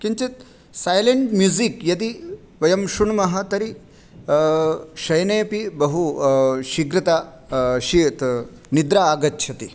किञ्चित् silent music यदि वयं शृण्मः तर्हि शयनेऽपि बहु शीघ्रता निद्रा आगच्छति